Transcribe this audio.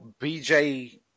BJ